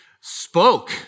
spoke